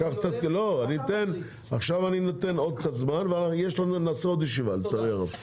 אני נותן עוד קצת זמן ונעשה עוד ישיבה, לצערי הרב.